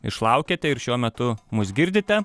išlaukėte ir šiuo metu mus girdite